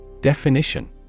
Definition